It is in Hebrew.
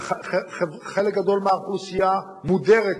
הכשרונות כמו שהיו בעבר, אותו דבר.